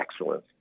excellence